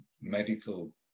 medical